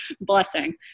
blessing